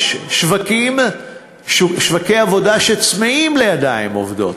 יש שוקי עבודה שצמאים לידיים עובדות,